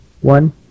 one